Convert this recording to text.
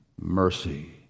mercy